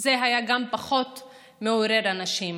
זה היה גם פחות מעורר אנשים,